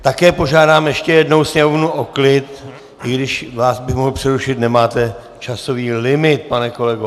Také požádám ještě jednou sněmovnu o klid, i když vás bych mohl přerušit, nemáte časový limit, pane kolego.